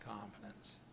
confidence